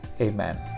Amen